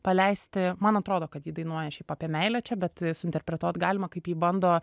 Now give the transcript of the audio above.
paleisti man atrodo kad ji dainuoja šiaip apie meilę čia bet suinterpretuot galima kaip ji bando